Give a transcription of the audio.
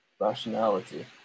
Rationality